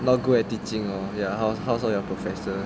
not good at teaching lor ya how's how's all your professor